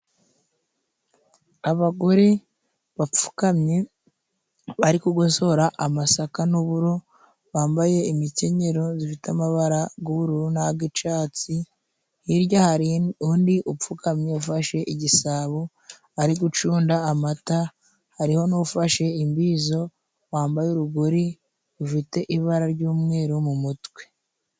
Abagore bapfukamye bari gugosora amasaka n'uburo， bambaye imikenyero zifite amabara g'ubururu n'ag'icatsi hirya hari undi upfukamye afashe igisabo， ari gucunda amata，hariho n'ufashe imbizo wambaye urugori rufite ibara ry'umweru mu mutwe.